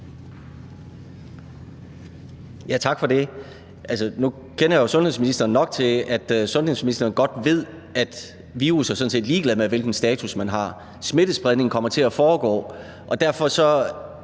Tak for det.